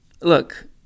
Look